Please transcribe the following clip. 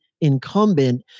incumbent